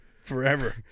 forever